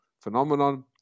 phenomenon